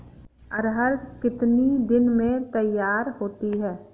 अरहर कितनी दिन में तैयार होती है?